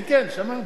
כן, כן, שמענו.